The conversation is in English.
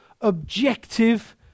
objective